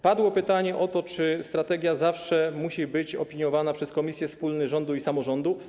Padło pytanie o to, czy strategia zawsze musi być opiniowana przez komisję wspólną rządu i samorządu.